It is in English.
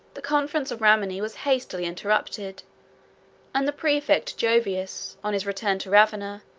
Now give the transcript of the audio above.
the conference of rimini was hastily interrupted and the praefect jovius, on his return to ravenna,